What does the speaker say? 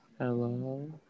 Hello